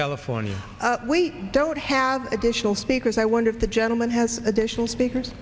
california we don't have additional speakers i wonder if the gentleman has additional speakers